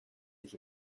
sich